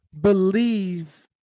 believe